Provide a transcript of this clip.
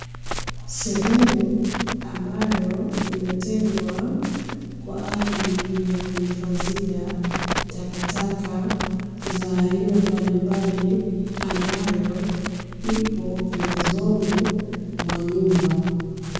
Sehemu ambayo imetengwa kwa ajili ya kuhifadhia, takataka za aina mbalimbali ambayo ipo pembezoni mwa nyumba.